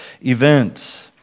event